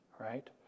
right